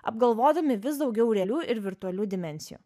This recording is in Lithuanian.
apgalvodami vis daugiau realių ir virtualių dimensijų